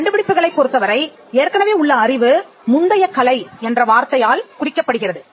கண்டுபிடிப்புகளைப் பொருத்தவரைஏற்கனவே உள்ள அறிவு முந்தைய கலை என்ற வார்த்தையால் குறிக்கப்படுகிறது